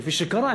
כפי שקרה,